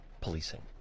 policing